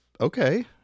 okay